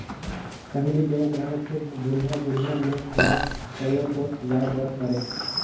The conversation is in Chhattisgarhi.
पहिली बेंक रहें फिर दुरिहा दुरिहा मे रहे कयो कोस जाय बर परे